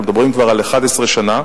אנחנו מדברים כבר על 11 שנה.